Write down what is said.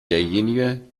derjenige